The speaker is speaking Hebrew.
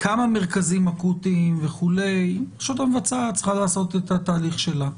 כמה מרכזים אקוטיים וכולי הרשות המבצעת צריכה לעשות את התהליך שלה.